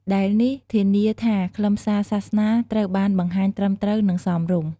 ដែលនេះធានាថាខ្លឹមសារសាសនាត្រូវបានបង្ហាញត្រឹមត្រូវ និងសមរម្យ។